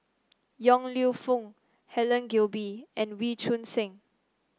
Yong Lew Foong Helen Gilbey and Wee Choon Seng